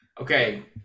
Okay